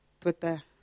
Twitter